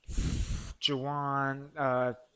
Jawan